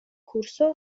kurso